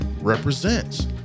represents